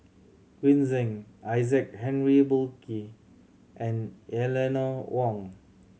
Green Zeng Isaac Henry Burkill and Eleanor Wong